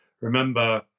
remember